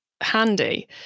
handy